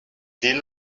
sea